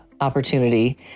opportunity